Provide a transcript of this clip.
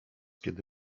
kiedy